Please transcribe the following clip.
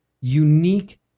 unique